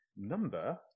Number